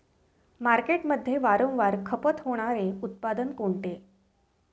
मार्केटमध्ये वारंवार खपत होणारे उत्पादन कोणते?